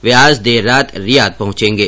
वे आज देर रात रियाद पहुंचेंगे